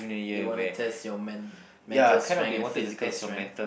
they want to test your men~ mental strength and physical strength